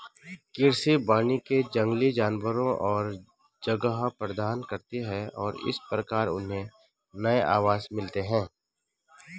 कृषि वानिकी जंगली जानवरों को जगह प्रदान करती है और इस प्रकार उन्हें नए आवास मिलते हैं